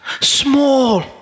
small